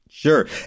Sure